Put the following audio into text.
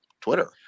Twitter